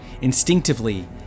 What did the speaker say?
Instinctively